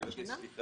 אני מבקש סליחה.